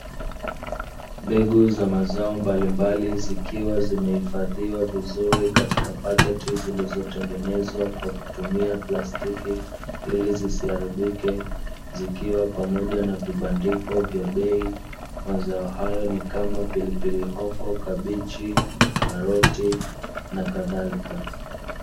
Mbegu za mazao mbalimbali zikiwa zimehifadhiwa vizuri katika paketi zilizotengenezwa kwa kutumia plastiki, ili zisiharibike zikiwa pamoja na vibandiko vya bei. Mazao hayo ni kama; pilipilihoho, kabichi, karoti na kadhalika.